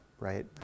Right